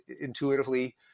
intuitively